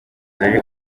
zari